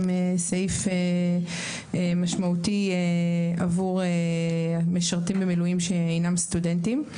סעיף משמעותי עבור המשרתים במילואים שהינם סטודנטים.